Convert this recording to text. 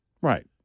Right